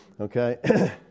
Okay